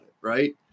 Right